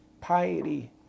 piety